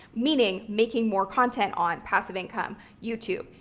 meaning making more content on passive income, youtube,